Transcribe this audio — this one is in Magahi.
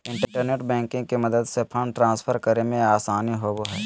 इंटरनेट बैंकिंग के मदद से फंड ट्रांसफर करे मे आसानी होवो हय